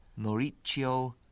Mauricio